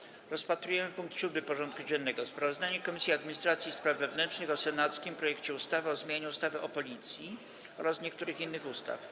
Powracamy do rozpatrzenia punktu 7. porządku dziennego: Sprawozdanie Komisji Administracji i Spraw Wewnętrznych o senackim projekcie ustawy o zmianie ustawy o Policji oraz niektórych innych ustaw.